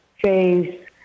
face